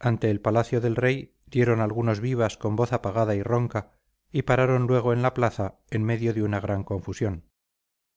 ante el palacio del rey dieron algunos vivas con voz apagada y ronca y pararon luego en la plaza en medio de una gran confusión